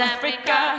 Africa